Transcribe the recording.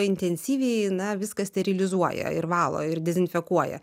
intensyviai na viską sterilizuoja ir valo ir dezinfekuoja